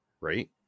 right